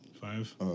Five